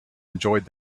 enjoyed